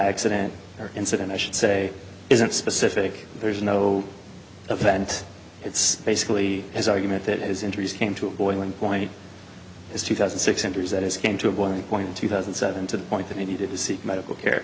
accident incident i should say isn't specific there is no event it's basically his argument that his injuries came to a boiling point is two thousand six hundred that is came to a boiling point in two thousand and seven to the point that he needed to seek medical care